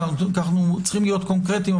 אנו צריכים להיות קונקרטיים,